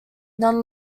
non